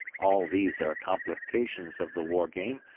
all these are complications of the war game,